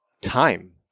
time